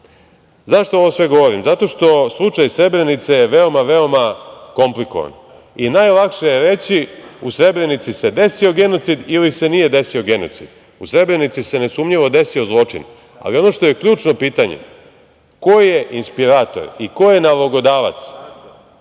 bombi.Zašto ovo sve govorim? Zato što je slučaj Srebrenice veoma veoma komplikovan i najlakše je reći - u Srebrenici se desio genocid ili se nije desio genocid. U Srebrenici se nesumnjivo desio zločin, ali ono što je ključno pitanje - ko je inspirator i ko je nalogodavac